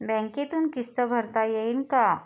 बँकेतून किस्त भरता येईन का?